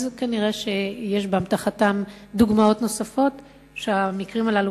אז כנראה יש באמתחתם דוגמאות נוספות שהמקרים הללו